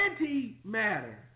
anti-matter